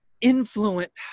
influence